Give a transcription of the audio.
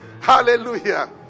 hallelujah